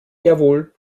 jawohl